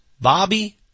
Bobby